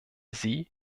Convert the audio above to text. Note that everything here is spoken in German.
sie